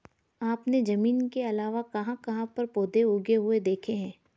आपने जमीन के अलावा कहाँ कहाँ पर पौधे उगे हुए देखे हैं?